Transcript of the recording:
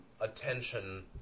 Attention